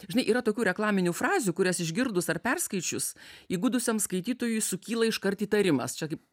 žinai yra tokių reklaminių frazių kurias išgirdus ar perskaičius įgudusiam skaitytojui sukyla iškart įtarimas čia kaip